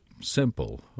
simple